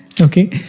okay